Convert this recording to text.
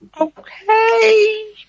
okay